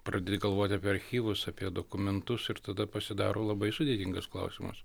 pradedi galvoti apie archyvus apie dokumentus ir tada pasidaro labai sudėtingas klausimas